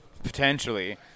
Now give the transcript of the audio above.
potentially